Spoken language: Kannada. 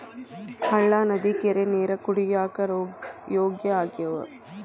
ಹಳ್ಳಾ ನದಿ ಕೆರಿ ನೇರ ಕುಡಿಯಾಕ ಯೋಗ್ಯ ಆಗ್ಯಾವ